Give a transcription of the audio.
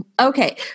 Okay